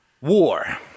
war